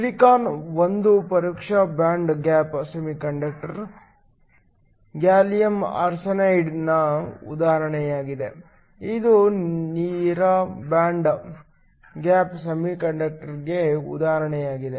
silicon ಒಂದು ಪರೋಕ್ಷ band gap semiconductor gallium ಆರ್ಸೆನೈಡ್ನ ಉದಾಹರಣೆಯಾಗಿದೆ ಇದು ನೇರ ಬ್ಯಾಂಡ್ ಗ್ಯಾಪ್ ಸೆಮಿಕಂಡಕ್ಟರ್ಗೆ ಉದಾಹರಣೆಯಾಗಿದೆ